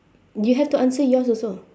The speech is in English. you have to answer yours also